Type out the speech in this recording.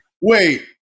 wait